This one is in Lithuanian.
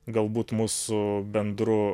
galbūt mūsų bendru